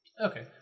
Okay